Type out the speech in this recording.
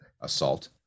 Assault